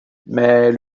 mais